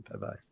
Bye-bye